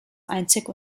einzig